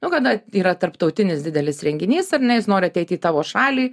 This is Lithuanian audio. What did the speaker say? nu kada yra tarptautinis didelis renginys ar ne jis nori ateit į tavo šalį